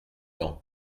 ans